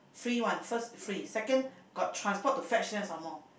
free one first free second got transport to fetch her some more